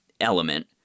element